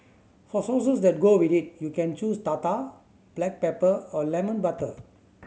for sauces that go with it you can choose tartar black pepper or lemon butter